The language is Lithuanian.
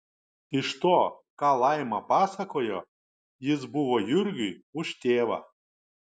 iš to ką laima pasakojo jis buvo jurgiui už tėvą